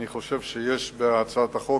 אני חושב שיש בהצעת החוק,